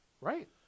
right